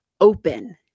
open